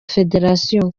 federasiyo